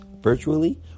virtually